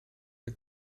der